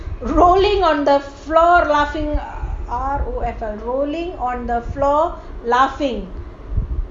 rolling on the floor R_O_F_L rolling on the floor laughing